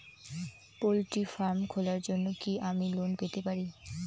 Poultry farm খোলার জন্য কি আমি লোন পেতে পারি?